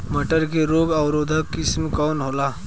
मटर के रोग अवरोधी किस्म कौन होला?